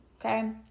Okay